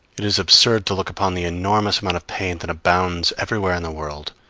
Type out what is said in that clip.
it is absurd to look upon the enormous amount of pain that abounds everywhere in the world,